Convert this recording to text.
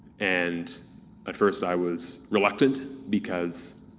and at first i was reluctant because